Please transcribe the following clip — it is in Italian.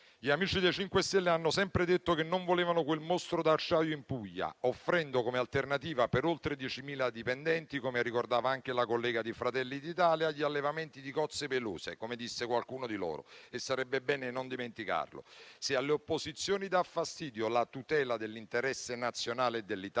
Gli amici del MoVimento 5 Stelle hanno sempre detto che non volevano quel mostro d'acciaio in Puglia, offrendo, come alternativa per oltre diecimila dipendenti, come ricordava anche la collega di Fratelli d'Italia, gli allevamenti di cozze pelose, come disse qualcuno di loro: e sarebbe bene non dimenticarlo. Se alle opposizioni dà fastidio la tutela dell'interesse nazionale e dell'Italia,